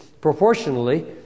proportionally